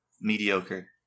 mediocre